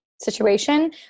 situation